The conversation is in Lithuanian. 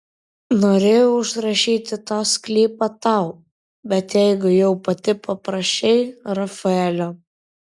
norėjau užrašyti tą sklypą tau bet jeigu jau pati paprašei rafaelio